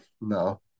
No